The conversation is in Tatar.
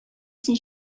син